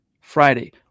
Friday